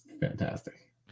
fantastic